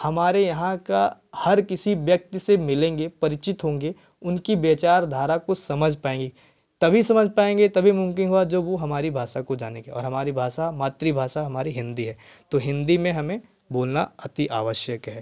हमारे यहाँ का हर किसी व्यक्ति से मिलेंगे परिचित होंगे उनकी विचारधारा को समझ पाए तभी समझ पाएँगे तभी मुमकीन होगा जब वह हमारी भाषा को जानेंगे और हमारी भाषा मातृभाषा हमारी हिंदी है तो हिंदी में हमें बोलना अतिआवश्यक है